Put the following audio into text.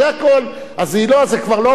זה כבר לא הופך להיות,